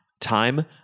time